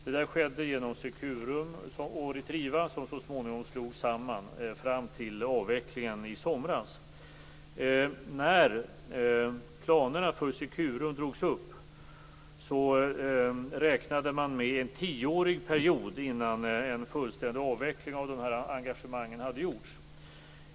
Det skedde genom Securum och Retriva, som så småningom slogs samman, fram till avvecklingen i somras. När planerna för Securum drogs upp räknade man med en tioårig period innan en fullständig avveckling av engagemangen hade gjorts.